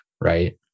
right